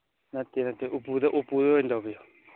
ꯅꯠꯇꯦ ꯅꯠꯇꯦ ꯎꯄꯨꯗ ꯎꯄꯨꯗꯣ ꯑꯣꯏꯅ ꯇꯧꯕꯤꯔꯣ